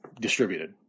distributed